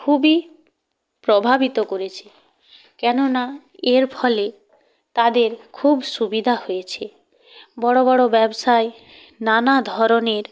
খুবই প্রভাবিত করেছে কেননা এর ফলে তাদের খুব সুবিধা হয়েছে বড়ো বড়ো ব্যবসায়ী নানা ধরনের